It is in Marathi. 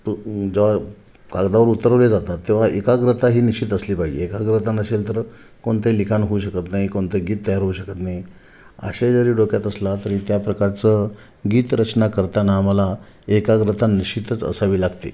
तो जेव्हा कागदावर उतरवले जातात तेव्हा एकाग्रता ही निश्चित असली पाहिजे एकाग्रता नसेल तर कोणतंही लिखाण होऊ शकत नाही कोणतंही गीत तयार होऊ शकत नाही आशय जरी डोक्यात असला तरी त्याप्रकारचं गीतरचना करताना आम्हाला एकाग्रता निश्चितच असावी लागते